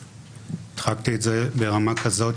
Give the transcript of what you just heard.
הדחקתי את זה ברמה כזאת